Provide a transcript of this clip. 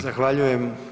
Zahvaljujem.